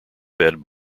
fed